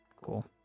Cool